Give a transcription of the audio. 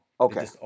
Okay